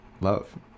Love